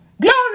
Glory